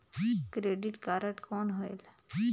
Credit card कौन होएल?